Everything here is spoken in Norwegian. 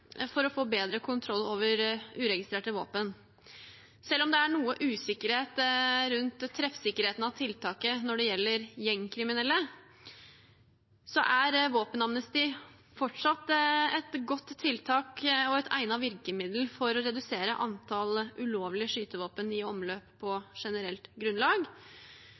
for å få bedre kontroll over uregistrerte våpen. Selv om det er noe usikkerhet rundt treffsikkerheten av tiltaket når det gjelder gjengkriminelle, er våpenamnesti fortsatt et godt tiltak og et egnet virkemiddel for å redusere antallet ulovlige skytevåpen i omløp på generelt grunnlag.